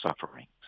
sufferings